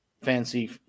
fancy